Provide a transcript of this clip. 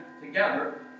together